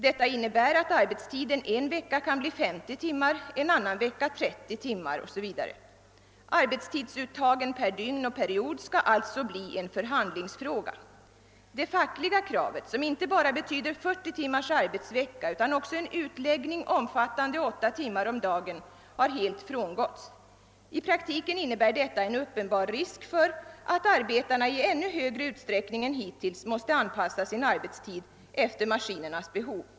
Detta innebär att arbetstiden en vecka kan bli 50 timmar, en annan vecka 30 timmar 0. s. v. Arbetstidsuttagen per dygn och period skall alitså bli en förhandlingsfråga. Det fackliga kravet, som inte bara betyder 40 timmars arbetsvecka utan också en utläggning omfattande åtta timmar om dagen, har helt frångåtts. I praktiken innebär detta en uppenbar risk för att arbetarna i ännu högre utsträckning än hittills måste anpassa sin arbetstid efter maskinernas behov.